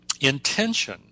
intention